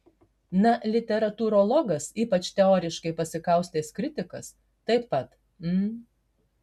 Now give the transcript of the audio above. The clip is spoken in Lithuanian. na literatūrologas ypač teoriškai pasikaustęs kritikas taip pat m